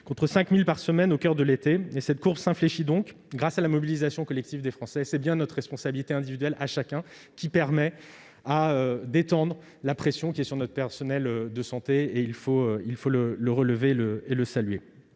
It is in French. contre 5 000 par semaine au coeur de l'été. Cette course s'infléchit, grâce à la mobilisation collective des Français ; c'est bien la responsabilité individuelle de chacun qui permet d'alléger la pression pesant sur notre personnel de santé ; il faut le relever et s'en